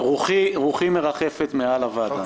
רוחי מרחפת מעל הוועדה.